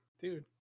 dude